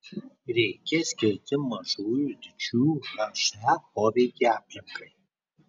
reikia skirti mažųjų ir didžiųjų he poveikį aplinkai